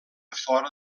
fora